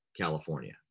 California